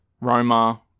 Roma